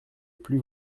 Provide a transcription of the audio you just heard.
plus